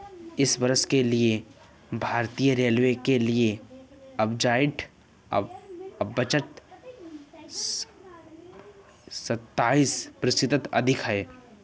इस वर्ष के लिए भारतीय रेलवे के लिए बजटीय आवंटन सत्ताईस प्रतिशत अधिक है